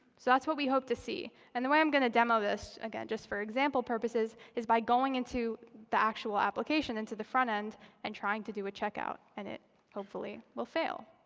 so that's what we hope to see. and the way i'm going to demo this, again, just for example purposes, is by going into the actual application into the front end and trying to do a checkout. and it hopefully will fail.